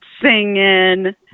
singing